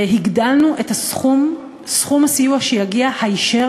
הגדלנו את סכום הסיוע שיגיע היישר